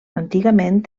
antigament